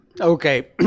okay